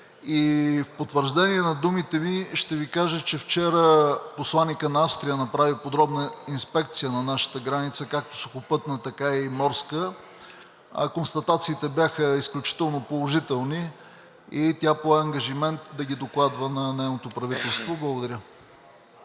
и в потвърждение на думите ми ще Ви кажа, че вчера посланикът на Австрия направи подробна инспекция на нашата граница – както сухопътна, така и морска. Констатациите бяха изключително положителни и тя пое ангажимент да ги докладва на нейното правителство. Благодаря.